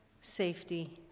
safety